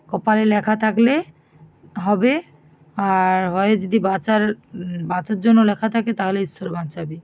কপালে লেখা থাকলে হবে আর হয় যদি বাঁচার বাঁচার জন্য লেখা থাকে তাহলে ঈশ্বর বাঁচাবে